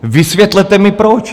Vysvětlete mi, proč?